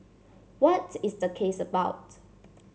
what is the case about